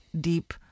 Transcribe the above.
deep